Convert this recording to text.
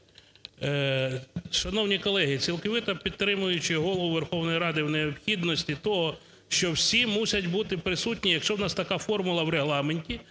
Шановні колеги, цілковито підтримуючи Голову Верховної Ради у необхідності того, що всі мусять бути присутні, якщо у нас така формула в Регламенті,